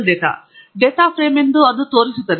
data frame ಎಂದು ಅದು ತೋರಿಸುತ್ತದೆ